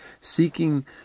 seeking